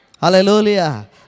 Hallelujah